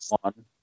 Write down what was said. one